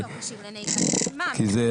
זאת